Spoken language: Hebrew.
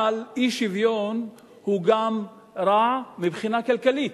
אבל אי-שוויון הוא גם רע מבחינה כלכלית.